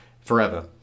forever